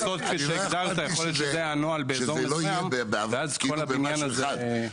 אני לא אכפת לי שזה לא יהיה במשהו אחד,